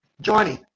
Johnny